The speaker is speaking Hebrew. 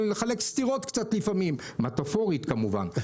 לחלק סטירות קצת לפעמים מטאפורית כמובן.